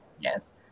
yes